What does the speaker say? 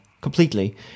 Completely